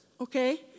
okay